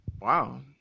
Wow